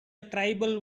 tribal